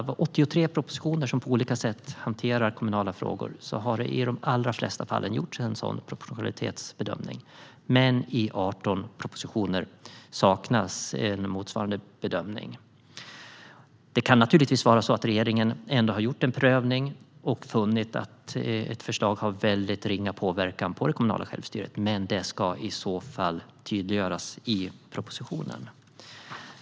Av 83 propositioner som på olika sätt hanterar kommunala frågor har det gjorts en sådan proportionalitetsbedömning i de allra flesta fall. Men i 18 propositioner saknas en motsvarande bedömning. Det kan vara på det sättet att regeringen ändå har gjort en prövning och funnit att ett förslag har ringa påverkan på det kommunala självstyret. Men det ska i så fall tydliggöras i propositionen.